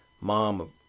mom